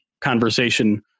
conversation